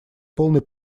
полной